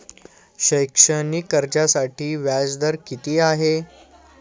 शैक्षणिक कर्जासाठी व्याज दर किती आहे?